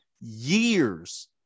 years